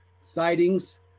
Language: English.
sightings